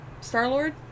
Star-Lord